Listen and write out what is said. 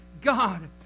God